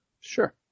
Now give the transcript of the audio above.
Sure